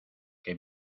que